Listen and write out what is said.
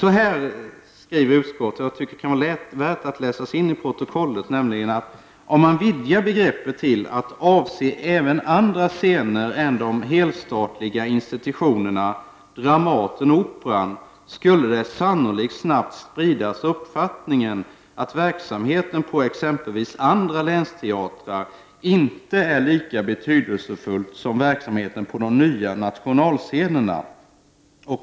Det kan vara värt att läsa in i protokollet vad utskottet skriver: ”Om man vidgar begreppet till att avse även andra scener än de helstatliga institutionerna Dramaten och Operan skulle det sannoligt snabbt spridas uppfattningen att verksamheten på exempelvis andra länsteatrar inte är lika betydelsefull som verksamheten på de nya nationalscenerna.